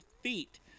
feet